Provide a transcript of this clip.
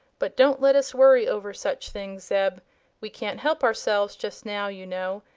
but don't let us worry over such things, zeb we can't help ourselves just now, you know,